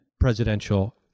Presidential